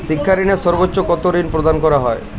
শিক্ষা ঋণে সর্বোচ্চ কতো ঋণ প্রদান করা হয়?